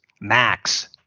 max